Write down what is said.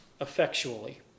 effectually